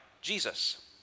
Jesus